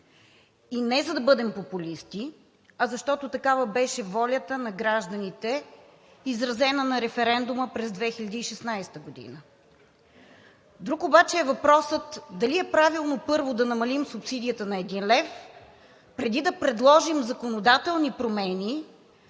не за да бъдем популисти, а защото такава беше волята на гражданите, изразена на референдума през 2016 г. Друг обаче е въпросът дали е правилно първо да намалим субсидията на един лев, преди да предложим законодателни промени